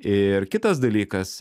ir kitas dalykas